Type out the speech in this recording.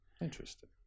Interesting